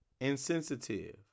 insensitive